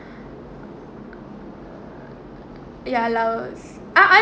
ya laos I I